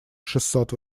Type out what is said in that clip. шестьсот